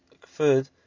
food